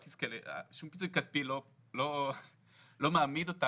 שום פיצוי כספי לא מעמיד אותה,